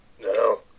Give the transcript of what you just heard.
No